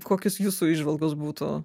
kokios jūsų įžvalgos būtų